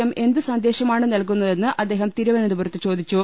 M എന്ത് സന്ദേശമാണ് നൽകുന്നതെന്ന് അദ്ദേഹം തിരുവനന്തപുരത്ത് ചോദി ച്ചു